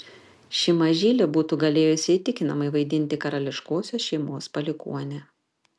ši mažylė būtų galėjusi įtikinamai vaidinti karališkosios šeimos palikuonę